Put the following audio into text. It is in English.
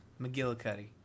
McGillicuddy